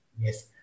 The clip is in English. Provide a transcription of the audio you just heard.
Yes